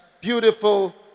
beautiful